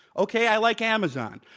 okay, i like amazon.